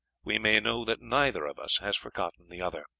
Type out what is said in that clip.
we may know that neither of us has forgotten the other.